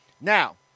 Now